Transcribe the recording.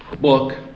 book